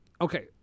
okay